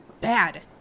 bad